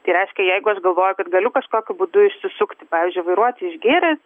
tai reiškia jeigu aš galvoju kad galiu kažkokiu būdu išsisukti pavyzdžiui vairuoti išgėręs